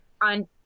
on